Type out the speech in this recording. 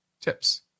tips